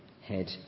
head